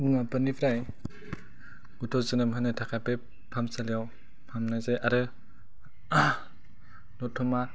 मुवाफोरनिफ्राय गथ' जोनोम होनो थाखाय बे फाहामसालियाव फाहामनाय जायो आरो दतमा